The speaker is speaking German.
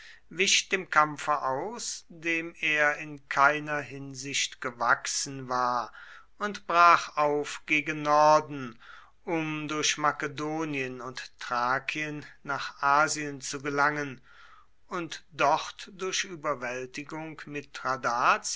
wich dem kampfe aus dem er in keiner hinsicht gewachsen war und brach auf gegen norden um durch makedonien und thrakien nach asien zu gelangen und dort durch überwältigung